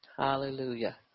hallelujah